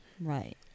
Right